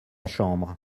chambre